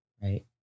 right